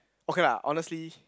okay lah honestly